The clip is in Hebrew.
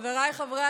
חבריי חברי